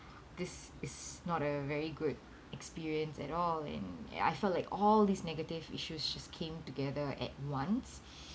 this is not a very good experience at all and I felt like all these negative issues just came together at once